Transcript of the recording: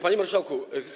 Panie Marszałku!